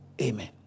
amen